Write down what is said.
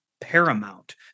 paramount